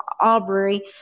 Aubrey